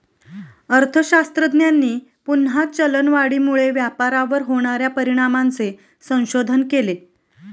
अर्थशास्त्रज्ञांनी पुन्हा चलनवाढीमुळे व्यापारावर होणार्या परिणामांचे संशोधन केले